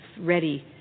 ready